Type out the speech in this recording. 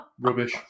Rubbish